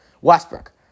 Westbrook